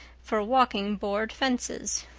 for walking board fences.